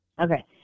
Okay